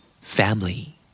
family